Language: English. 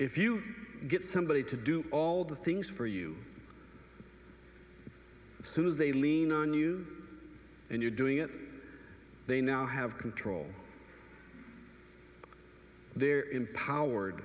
if you get somebody to do all the things for you soon as they lean on you and you're doing it they now have control they're empowered